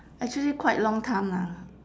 actually quite long time lah